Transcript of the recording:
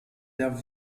der